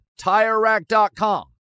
TireRack.com